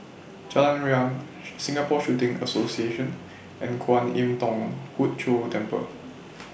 Jalan Riang Singapore Shooting Association and Kwan Im Thong Hood Cho Temple